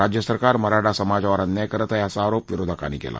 राज्य सरकार मराठा समाजावर अन्याय करत आहे असा आरोप विरोधकांनी केला